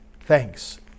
Thanks